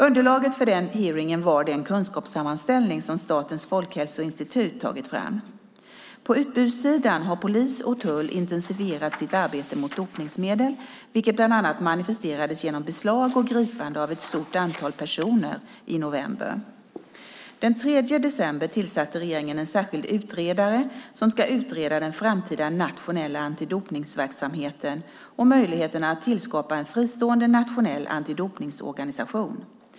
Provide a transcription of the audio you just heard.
Underlaget för den hearingen var den kunskapssammanställning som FHI tagit fram. På utbudssidan har polis och tull intensifierat sitt arbete mot dopningsmedel, vilket bland annat manifesterades genom beslag och gripande av ett stort antal personer i november. Den 3 december tillsatte regeringen en särskild utredare som ska utreda den framtida nationella antidopningsverksamheten och möjligheterna att tillskapa en fristående nationell antidopningsorganisation.